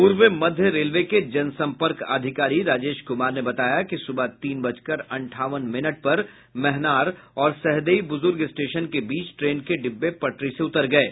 पूर्व मध्य रेलवे के जनसंपर्क अधिकारी राजेश कुमार ने बताया कि सुबह तीन बजकर अंठावन मिनट पर महनार और सहदेई बुजुर्ग स्टेशन के बीच ट्रेन के डिब्बे पटरी से उतर गये